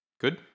Good